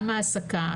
העסקה,